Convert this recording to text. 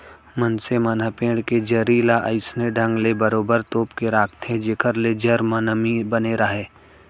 मनसे मन ह पेड़ के जरी ल अइसने ढंग ले बरोबर तोप के राखथे जेखर ले जर म नमी बने राहय